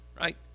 Right